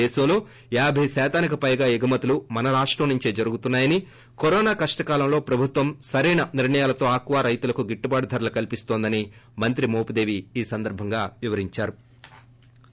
దేశంలో యాబై శాతానికి పైగా ఎగుమతులు మన రాష్టం నుంచే జరుగుతున్నాయని కరోనా కష్షకాలంలో ప్రభుత్వం సరైన నిర్ణయాలతో ఆక్వా రైతులకు గిట్టుబాటు ధరలు కల్పిస్తందని మంత్రి మోపిదేవి ఈ సందర్బంగా వివరించారు